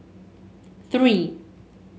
three